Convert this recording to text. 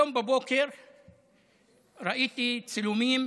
היום בבוקר ראיתי צילומים